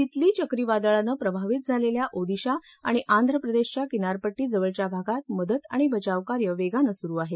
तितली चक्रीवादळानं प्रभावित झालेल्या ओदिशा आणि आंध्र प्रदेशच्या किनारपट्टीजवळच्या भागात मदत आणि बचावकार्य वेगानं सुरु आहे